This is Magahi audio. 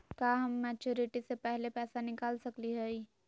का हम मैच्योरिटी से पहले पैसा निकाल सकली हई?